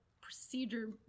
procedure